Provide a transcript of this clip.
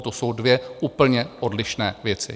To jsou dvě úplně odlišné věci.